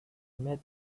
met